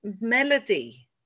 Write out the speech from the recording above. melody